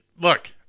look